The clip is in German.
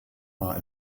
war